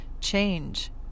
change